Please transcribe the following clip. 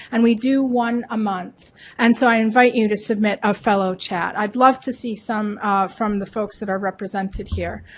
and we do one a month and so i invite you to submit a fellow chat, i'd love to see some from the folks that are represented here.